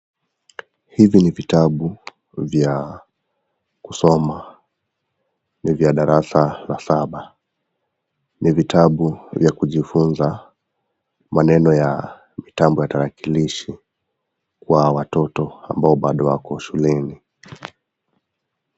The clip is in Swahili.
Hivi ni vitabu vya kusoma ni vya darasa la saba ni vitabu ya kujifunza maneno ya mitambo ya tarakilishi kwa watoto ambao bado wako shuleni.